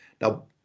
Now